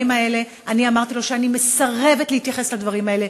האלה אני אמרתי לו שאני מסרבת להתייחס לדברים האלה,